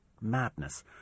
madness